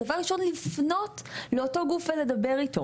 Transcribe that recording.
דבר ראשון לפנות אל אותו גוף ולדבר אתו,